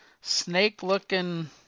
snake-looking